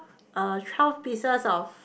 uh twelve pieces of